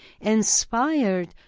inspired